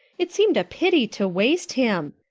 it seemed a pity to waste him.